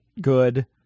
good